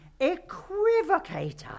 equivocator